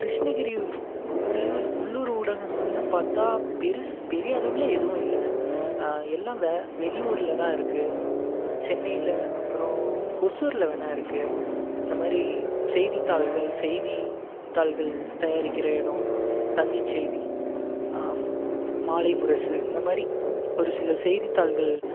கிருஷ்ணகிரி உள்ளூர் ஊடகங்கள்னு பார்த்தா பெரிய அளவில் எதுவும் இல்லை எல்லாம் வெளி ஊரில் தான் இருக்கு சென்னையில் அப்பறம் ஓசூரில் வேணா இருக்கு இந்த மாதிரி செய்தி தாள்கள் செய்தி தாள்கள் தயாரிக்கிற எடம் தந்தி செய்தி மாலை முரசு இந்த மாதிரி ஒரு சில செய்தி தாள்கள்